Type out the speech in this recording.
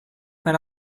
per